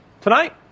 tonight